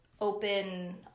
open